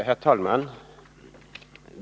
Herr talman!